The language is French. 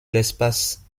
l’espace